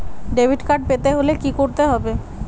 Debit card পেতে হলে কি করতে হবে?